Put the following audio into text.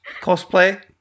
cosplay